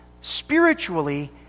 spiritually